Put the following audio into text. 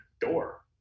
door